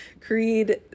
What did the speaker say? Creed